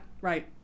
right